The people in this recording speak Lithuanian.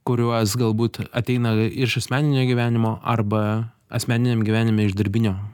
kuriuos galbūt ateinam iš asmeninio gyvenimo arba asmeniniam gyvenime iš darbinio